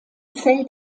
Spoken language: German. zählt